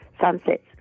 sunsets